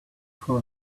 for